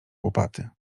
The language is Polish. łopaty